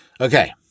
Okay